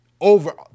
over